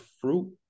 fruit